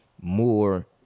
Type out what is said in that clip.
more